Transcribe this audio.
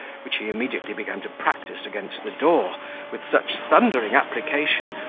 which he immediately began to practise against the door with such thundering application,